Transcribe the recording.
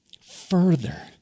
further